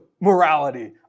morality